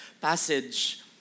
passage